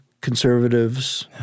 conservatives